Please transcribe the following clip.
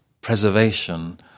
preservation